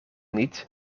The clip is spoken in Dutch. niet